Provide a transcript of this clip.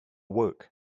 work